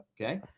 Okay